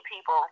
people